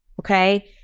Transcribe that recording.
Okay